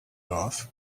off